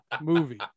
movie